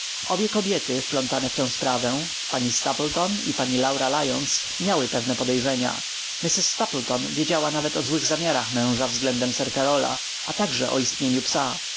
obie kobiety wplątane w tę sprawę pani stapleton i pani laura lyons miały pewne podejrzenia mrs stapleton wiedziała nawet o złych zamiarach męża względem sir karola a także o istnieniu psa